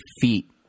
feet